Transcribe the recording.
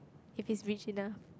if he's rich enough